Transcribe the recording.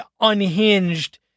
unhinged